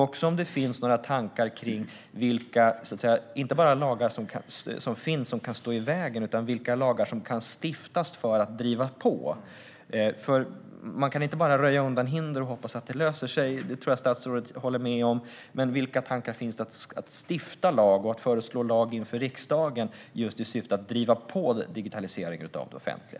Finns det några tankar om vilka lagar som kan stiftas för att driva på, inte bara vilka lagar som finns och som kan stå i vägen? Man kan inte bara röja undan hinder och hoppas att det löser sig. Det tror jag att statsrådet håller med om. Vilka tankar finns det om att stifta och föreslå lagar till riksdagen i syfte att driva på digitaliseringen av det offentliga?